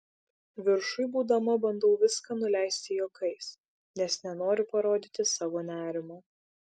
viršuj būdama bandau viską nuleisti juokais nes nenoriu parodyti savo nerimo